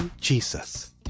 Jesus